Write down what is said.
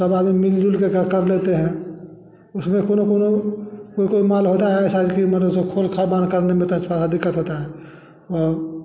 सब आदमी मिलजुल के कर लेते हैं उसमें कोनो कोनो जो कुल माल होता है ऐसा खोल बांध करने में तरफा आदि कर देता है और